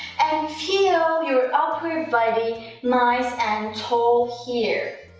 and feel your upper body nice and tall here,